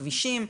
כבישים,